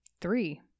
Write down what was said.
Three